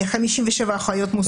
57 אחיות מוסמכות